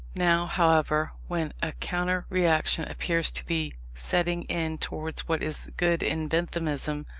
now, however, when a counter-reaction appears to be setting in towards what is good in benthamism,